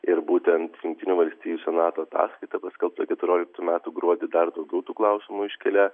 ir būtent jungtinių valstijų senato ataskaita paskelbta keturioliktų metų gruodį dar daugiau tų klausimų iškilę